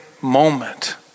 moment